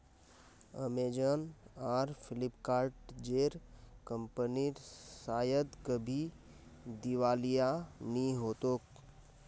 Amazon आर फ्लिपकार्ट जेर कंपनीर शायद कभी दिवालिया नि हो तोक